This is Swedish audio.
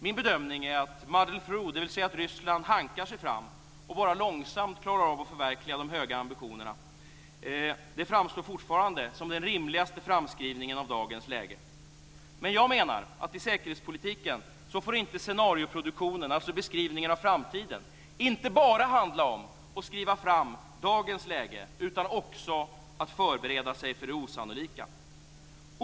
Min bedömning är att muddle-through, dvs. att Ryssland hankar sig fram och bara långsamt klarar av att förverkliga de höga ambitionerna, fortfarande framstår som den rimligaste framskrivningen av dagens läge. Men jag menar att i säkerhetspolitiken får scenarioproduktionen, dvs. beskrivningen av framtiden, inte bara handla om att skriva fram dagens läge utan också om att förbereda sig för det osannolika.